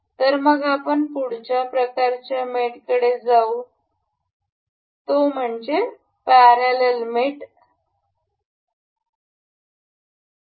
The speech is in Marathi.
तर मग आपण पुढच्या प्रकारच्या मेट कडे जाऊ या म्हणजे पॅरलल मेट असलेल्या यादीवर आपण येथे पाहू